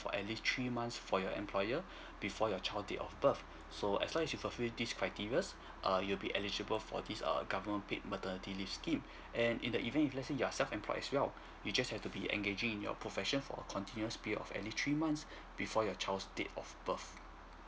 for atleast three months for your employer before your child date of birth so as long as you fulfilled these criteria err you will be eligible for this err government paid maternity leave scheme and in the event if let's say you are self employed as well you just have to be engaging in your profession for a continuous period of at least three months before your child date of birth